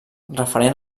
referent